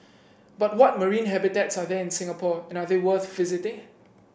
but what marine habitats are there in Singapore and are they worth visiting